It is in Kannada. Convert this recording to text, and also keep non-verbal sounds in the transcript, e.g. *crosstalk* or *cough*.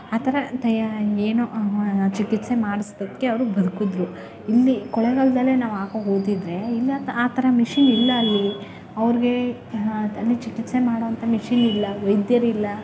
ಆ ಥರ ತಯಾ ಏನೋ *unintelligible* ಚಿಕಿತ್ಸೆ ಮಾಡ್ಸೋದಕ್ಕೆ ಅವರು ಬದುಕಿದ್ರು ಇಲ್ಲಿ ಕೊಳೆಗಾಲದಲ್ಲೇ ನಾವು ಹಾಕೋ ಕೂತಿದ್ದರೆ ಇಲ್ಲಂತ ಆ ಥರ ಮಿಷಿನ್ ಇಲ್ಲ ಅಲ್ಲಿ ಅವ್ರಿಗೆ *unintelligible* ಅಲ್ಲಿ ಚಿಕಿತ್ಸೆ ಮಾಡುವಂಥ ಮಿಷಿನ್ ಇಲ್ಲ ವೈದ್ಯರಿಲ್ಲ